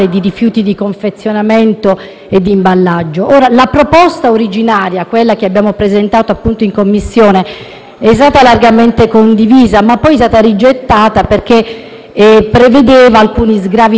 La proposta originaria, quella che abbiamo presentato in Commissione, è stata largamente condivisa, ma poi è stata rigettata perché prevedeva alcuni sgravi fiscali in favore delle imprese.